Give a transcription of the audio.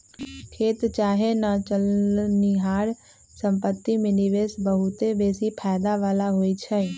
खेत चाहे न चलनिहार संपत्ति में निवेश बहुते बेशी फयदा बला होइ छइ